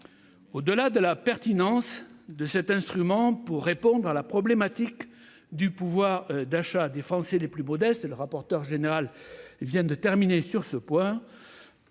Au-delà de la pertinence de cet instrument pour répondre à la problématique du pouvoir d'achat des Français les plus modestes, sujet que M. le rapporteur général vient d'évoquer et dont